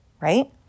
right